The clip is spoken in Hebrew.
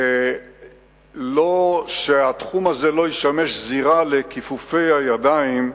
לא ישמש זירה לכיפופי ידיים.